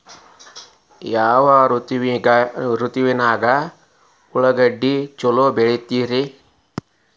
ಯಾವ ಋತುವಿನಾಗ ಉಳ್ಳಾಗಡ್ಡಿ ಛಲೋ ಬೆಳಿತೇತಿ ರೇ?